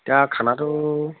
এতিয়া খানাটো